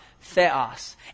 Theos